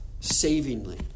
savingly